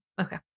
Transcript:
Okay